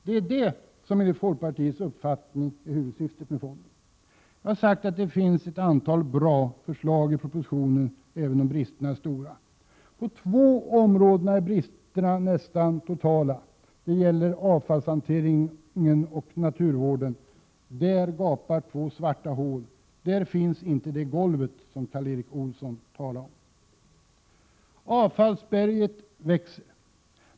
Det är detta som enligt folkpartiets uppfattning är huvudsyftet med en internationell luftvårdsfond. Jag har sagt att propositionen, även om den har stora brister, innehåller ett antal bra förslag. På två områden är bristerna i det närmaste totala. Det gäller avfallshanteringen och naturvården, som kan betecknas som två gapande svarta hål. Där finns alltså inte det golv som Karl Erik Olsson talar om. Avfallsberget växer.